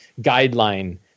guideline